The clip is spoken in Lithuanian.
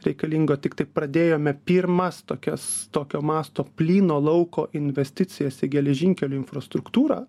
reikalingo tiktai pradėjome pirmas tokias tokio masto plyno lauko investicijas į geležinkelių infrastruktūrą